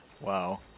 Wow